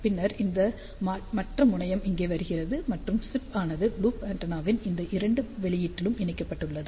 பின்னர் இந்த மற்ற முனையம் இங்கே வருகிறது மற்றும் சிப் ஆனது லூப் ஆண்டெனாவின் இந்த இரண்டு வெளியீட்டிலும் இணைக்கப்பட்டுள்ளது